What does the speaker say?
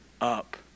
up